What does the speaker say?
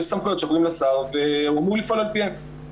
יש סמכויות שעוברות לשר והוא אמור לפעול על פיהן.